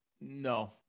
no